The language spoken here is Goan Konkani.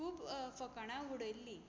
खूब फकाणां उडयल्लीं